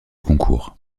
concours